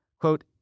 Quote